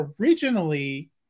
originally